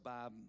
Bob